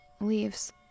leaves